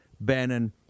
Bannon